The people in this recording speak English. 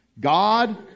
God